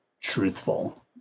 truthful